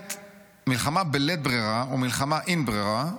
"מלחמה בלית ברירה או מלחמה עם ברירה,